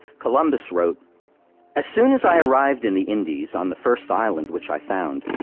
columbus wrote as soon as i arrived in the indies, on the first island which i found,